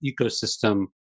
ecosystem